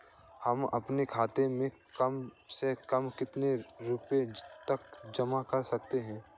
हम अपने खाते में कम से कम कितने रुपये तक जमा कर सकते हैं?